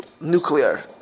nuclear